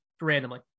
randomly